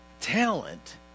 talent